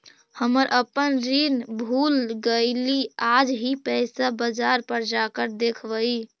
हम अपन ऋण भूल गईली आज ही पैसा बाजार पर जाकर देखवई